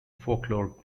folklore